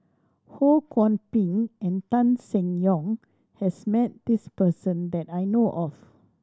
Ho Kwon Ping and Tan Seng Yong has met this person that I know of